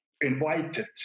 invited